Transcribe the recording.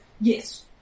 Yes